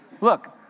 Look